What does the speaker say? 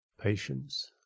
Patience